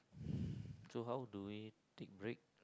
so how do we take break